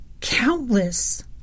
countless